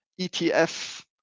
ETF